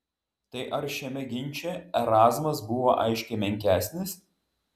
tai ar šiame ginče erazmas buvo aiškiai menkesnis